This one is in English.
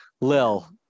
Lil